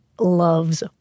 loves